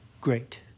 great